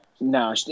No